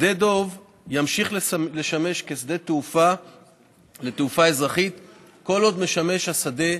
שדה דוב ימשיך לשמש שדה תעופה לתעופה אזרחית כל עוד הוא משמש השדה